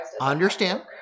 Understand